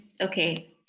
Okay